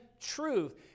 truth